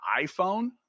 iPhone